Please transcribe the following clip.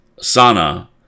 Sana